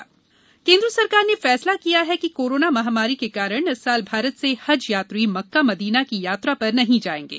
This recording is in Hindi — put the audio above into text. सरकार हज केन्द्र सरकार ने फैसला किया है कि कोरोना महामारी के कारण इस साल भारत से हज यात्री सउदी अरब की यात्रा पर नहीं जाएंगे